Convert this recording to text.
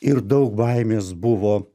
ir daug baimės buvo